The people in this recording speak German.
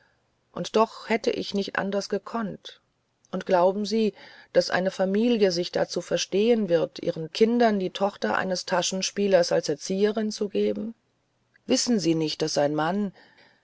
und doch hätte ich nicht anders gekonnt oder glauben sie daß eine familie sich dazu verstehen wird ihren kindern die tochter eines taschenspielers als erzieherin zu geben wissen sie nicht daß ein mann